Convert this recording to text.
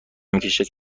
میکشد